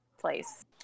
place